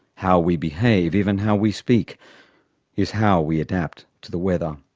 how we behave, even how we speak is how we adapt to the weather,